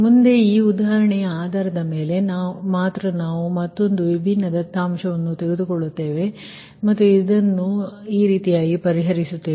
ಮುಂದೆ ಈ ಉದಾಹರಣೆಯ ಆಧಾರದ ಮೇಲೆ ಮಾತ್ರ ನಾವು ಮತ್ತೊಂದು ವಿಭಿನ್ನ ದತ್ತಾಂಶವನ್ನು ತೆಗೆದುಕೊಳ್ಳುತ್ತೇವೆ ಮತ್ತು ನಾವು ಇದನ್ನು ಪರಿಹರಿಸುತ್ತೇವೆ